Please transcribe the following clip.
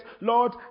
Lord